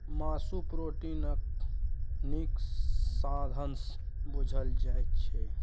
मासु प्रोटीनक नीक साधंश बुझल जाइ छै